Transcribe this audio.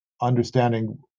understanding